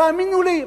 תאמינו לי,